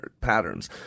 patterns